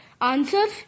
answers